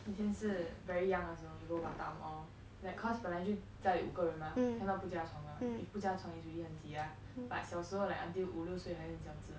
以前是 very young 的时候 go batam all that cost 本来就在五个人 mah cannot 不加床 mah if 不加床 is really 很挤 ah but 小时候 like until 五六岁还很小只